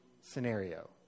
scenario